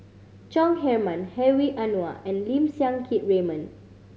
Chong Heman Hedwig Anuar and Lim Siang Keat Raymond